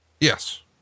Yes